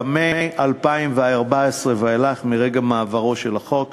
אלא מ-2014 ואילך, מרגע מעברו של החוק.